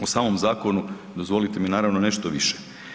U samom zakonu, dozvolite mi, naravno, nešto više.